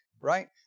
right